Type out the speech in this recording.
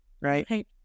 Right